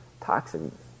toxins